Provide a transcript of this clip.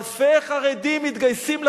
אלפי חרדים מתגייסים לצבא.